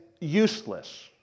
useless